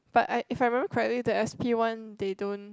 but I if I remember correctly the S_P one they don't